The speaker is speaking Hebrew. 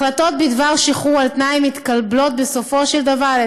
החלטות בדבר שחרור על תנאי מתקבלות בסופו של דבר על